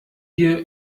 hier